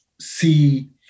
see